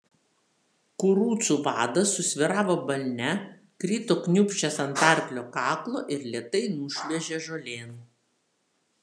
kurucų vadas susvyravo balne krito kniūbsčias ant arklio kaklo ir lėtai nušliuožė žolėn